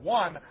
one